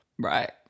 right